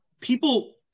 people